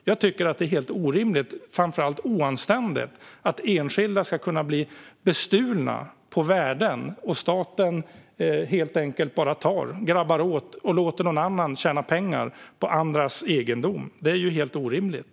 Jag tycker att det är orimligt och oanständigt att enskilda kan bli bestulna på värden genom att staten bara tar, grabbar åt sig, och låter någon annan tjäna pengar på andras egendom. Det är helt orimligt.